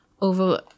over